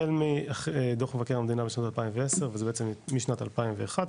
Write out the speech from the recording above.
דוח מבקר המדינה בשנת 2010 וזה בעצם משנת 2011,